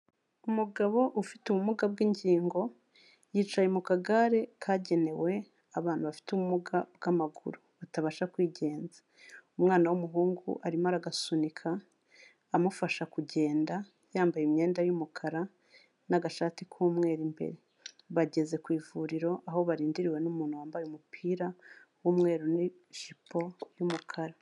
Umugabo ufite ubumuga bw'ingingo, yicaye mu kagare kagenewe abantu bafite ubumuga bw'amaguru, batabasha kwigenza, umwana w'umuhungu arimo aragasunika, amufasha kugenda, yambaye imyenda y'umukara n'agashati k'umweru imbere, bageze ku ivuriro aho barindiriwe n'umuntu wambaye umupira w'umweru n'ijipo y'umukara.